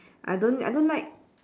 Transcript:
I don't I don't like